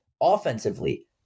offensively